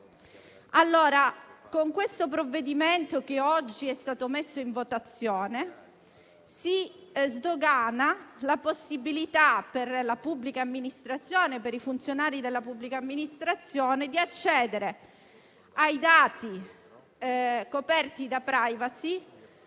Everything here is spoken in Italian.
Con il provvedimento oggi in esame si sdogana la possibilità per i funzionari della pubblica amministrazione di accedere ai dati coperti da *privacy*